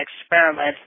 experiment